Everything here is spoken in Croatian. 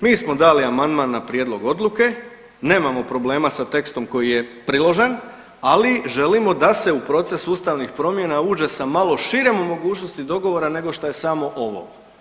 Mi smo dali amandman na prijedlog odluke, nemamo problema sa tekstom koji je priložen, ali želimo da se u proces ustavnih promjena uđe sa malo širem mogućnosti dogovora nego što je samo ovo.